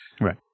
Right